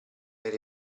per